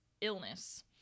illness